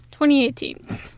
2018